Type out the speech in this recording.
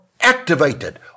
activated